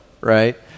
Right